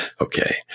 Okay